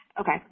Okay